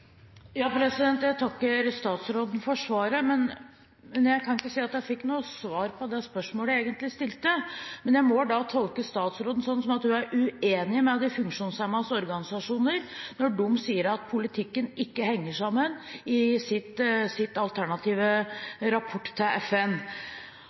Jeg takker statsråden for svaret, men jeg kan ikke se at jeg fikk noe svar på det spørsmålet jeg egentlig stilte. Men jeg må da tolke statsråden slik at hun er uenig med de funksjonshemmedes organisasjoner når de sier at politikken ikke henger sammen, i sin alternative